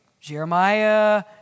Jeremiah